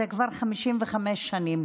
זה כבר 55 שנים.